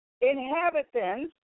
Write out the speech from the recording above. inhabitants